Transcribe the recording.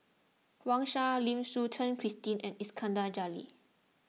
Wang Sha Lim Suchen Christine and Iskandar Jalil